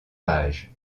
pages